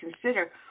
consider